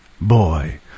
boy